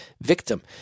victim